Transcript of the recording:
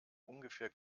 ungefähr